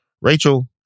Rachel